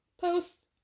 Posts